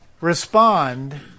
respond